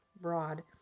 broad